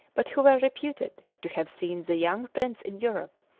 but who were reputed to have seen the young prince in europe,